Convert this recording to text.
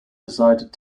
decided